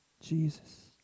Jesus